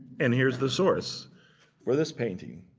and here's the source for this painting.